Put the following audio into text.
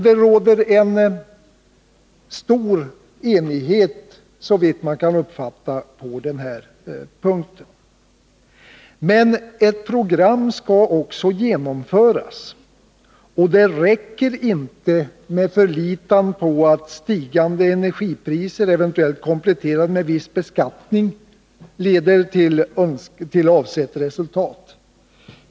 Det råder en stor enighet, såvitt man kan uppfatta, på den här punkten. Men ett program skall också genomföras, och det räcker inte med förlitan på att stigande energipriser, eventuellt kompletterade med viss beskattning, leder till avsett resultat.